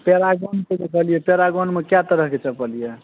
Paragon तऽ बुझलियै Paragon मे कए तरहके चप्पल यऽ